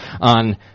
on